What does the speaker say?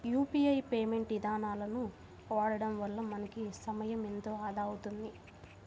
UPI payment ఇదానాలను వాడడం వల్ల మనకి సమయం ఎంతో ఆదా అవుతుంది